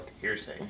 Hearsay